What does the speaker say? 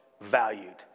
valued